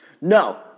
No